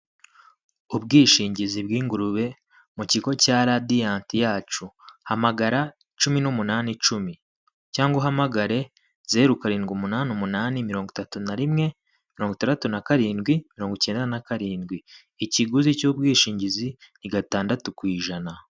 Ubwishingizi bw'ingurube mu kigo cya radiyanti yacu, hamagara cumi n'umunani, icumi cyangwa uhamagare zeru karindwi umunani umunani, mirongo itatu na rimwe, mirongo itandatu na karindwi, mirongo icyenda na karindwi. ikiguzi cy'ubwishingizi ni gatandatu ku ijana.